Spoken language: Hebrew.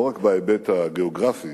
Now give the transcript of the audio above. לא רק בהיבט הגיאוגרפי